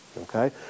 okay